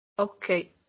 Okay